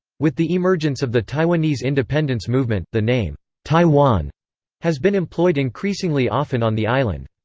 with the emergence of the taiwanese independence movement, the name taiwan has been employed increasingly often on the island.